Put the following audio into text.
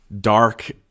dark